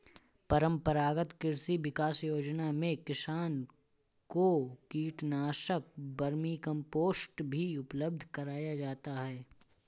परम्परागत कृषि विकास योजना में किसान को कीटनाशक, वर्मीकम्पोस्ट भी उपलब्ध कराया जाता है